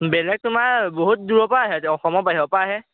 বেলেগ তোমাৰ বহুত দূৰৰ পৰা আহে অসমৰ বাহিৰৰ পৰা আহে